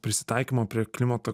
prisitaikymo prie klimato